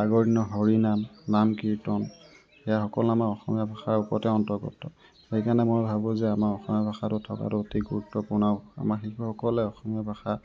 আগৰ দিনৰ হৰিনাম নাম কীৰ্তন সেয়া অকল আমাৰ অসমীয়া ভাষাৰ ওপৰতে অন্তৰ্গত সেইকাৰণে মই ভাবো যে আমাৰ অসমীয়া ভাষাটো থকাটো অতি গুৰুত্বপূৰ্ণ আমাৰ শিশুসকলে অসমীয়া ভাষা